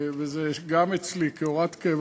וזה גם אצלי כהוראת קבע,